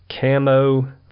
camo